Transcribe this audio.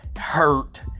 hurt